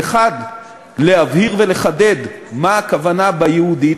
באחד להבהיר ולחדד מה הכוונה ב"יהודית",